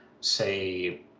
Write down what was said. say